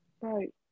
Right